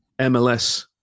MLS